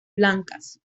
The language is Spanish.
blancas